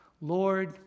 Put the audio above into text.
Lord